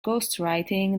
ghostwriting